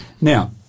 Now